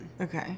Okay